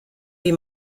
wie